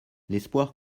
l’espoir